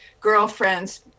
girlfriends